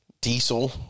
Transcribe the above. Diesel